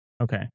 Okay